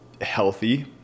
healthy